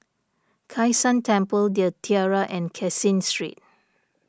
Kai San Temple the Tiara and Caseen Street